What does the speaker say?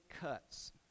cuts